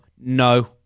No